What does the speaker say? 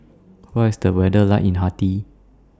What IS The weather like in Haiti